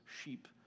sheep